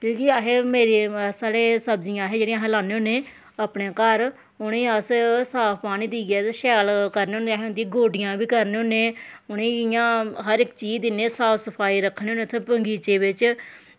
क्योंकि असें मेरी साढ़े सब्जियां अस जेह्ड़ियां अस लान्ने होन्ने अपने घर उ'नें गी अस साफ पानी देइयै ते शैल करने होन्ने अस उं'दी गोड्डियां बी करने होन्ने उ'नें गी इ'यां हर इक चीज दिन्ने साफ सफाई रक्खने होन्ने उत्थै बगीचे बिच्च